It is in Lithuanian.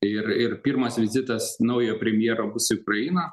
ir ir pirmas vizitas naujojo premjero bus į ukrainą